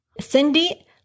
Cindy